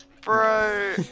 bro